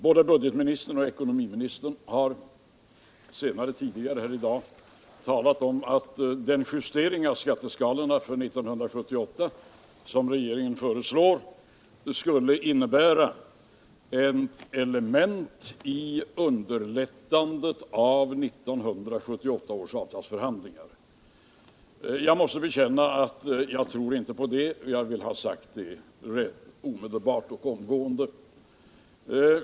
Både budgetministern och tidigare här i dag ekonomiministern har talat om att den justering av skatteskalorna för 1978 som regeringen föreslår skulle vara ett element i underlättandet av 1978 års avtalsförhandlingar. Jag måste bekänna att jag inte tror på det — jag vill ha sagt det rätt omedelbart och omgående.